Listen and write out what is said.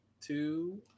two